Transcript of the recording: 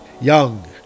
young